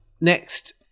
next